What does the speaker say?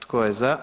Tko je za?